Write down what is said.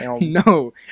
No